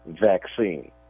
vaccine